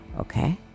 okay